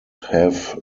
have